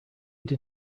did